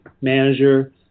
manager